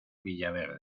villaverde